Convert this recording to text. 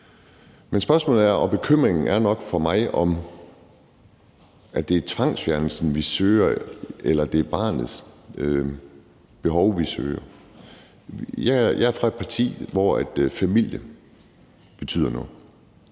og bekymringen er nok for mig det her, om det er tvangsfjernelsen, vi søger, eller om det er hensynet til barnets behov, vi søger. Jeg er fra et parti, hvor familie betyder noget.